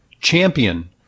champion